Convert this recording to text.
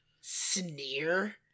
sneer